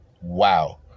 Wow